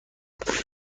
خوام